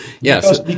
yes